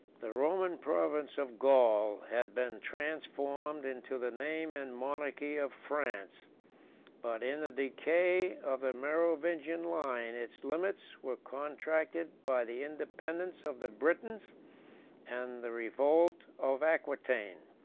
the roman province of gaul had been transformed into the name and monarchy of france but, in the decay of the merovingian line, its limits were contracted by the independence of the britons and the revolt of aquitain.